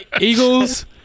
Eagles